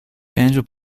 banjo